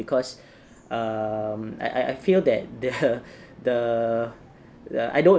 because um I I feel that the the I don't